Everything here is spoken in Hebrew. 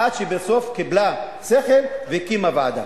עד שבסוף קיבלה שכל והקימה ועדה,